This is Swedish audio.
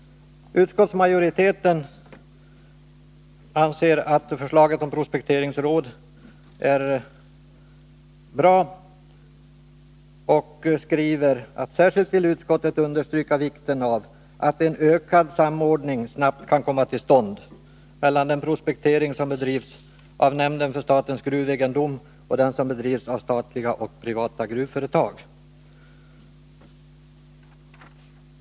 Utskottsmajoriteten anser att förslaget om ett prospekteringsråd är bra. Och utskottsmajoriteten vill särskilt understryka vikten av att en ökad samordning snarast kan komma till stånd mellan den prospektering som bedrivs av nämnden för statens gruvegendom och den som bedrivs av statliga och privata gruvföretag.